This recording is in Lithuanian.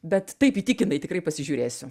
bet taip įtikinai tikrai pasižiūrėsiu